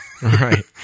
right